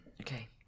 Okay